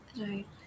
Right